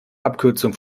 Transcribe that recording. abkürzung